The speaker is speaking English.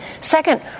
Second